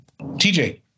TJ